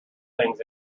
things